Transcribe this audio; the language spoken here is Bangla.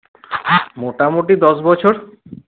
মোটামুটি দশ বছর